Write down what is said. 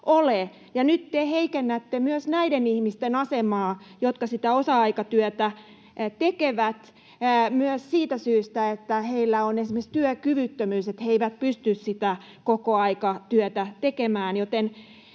Nyt te heikennätte myös näiden ihmisten asemaa, jotka sitä osa-aikatyötä tekevät myös siitä syystä, että heillä on esimerkiksi työkyvyttömyys, niin että he eivät pysty sitä kokoaikatyötä tekemään.